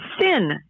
sin